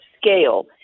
scale